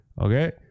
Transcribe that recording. okay